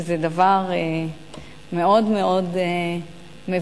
שזה דבר מאוד מאוד מבורך.